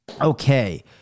Okay